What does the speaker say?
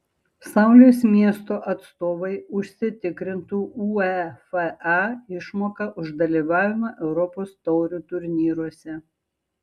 saulės miesto atstovai užsitikrintų uefa išmoką už dalyvavimą europos taurių turnyruose